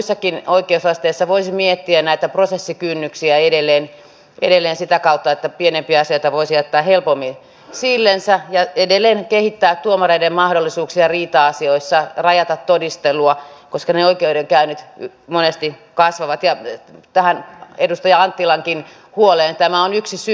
muissakin oikeusasteissa voisi miettiä näitä prosessikynnyksiä edelleen sitä kautta että pienempiä asioita voisi jättää helpommin sillensä ja edelleen kehittää tuomareiden mahdollisuuksia riita asioissa rajata todistelua koska ne oikeudenkäynnit monesti kasvavat ja edustaja anttilankin huoleen tämä on yksi syy